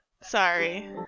Sorry